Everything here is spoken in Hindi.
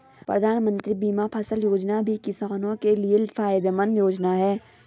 प्रधानमंत्री बीमा फसल योजना भी किसानो के लिये फायदेमंद योजना है